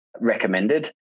recommended